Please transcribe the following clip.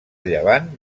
llevant